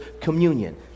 communion